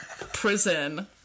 Prison